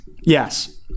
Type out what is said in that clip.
Yes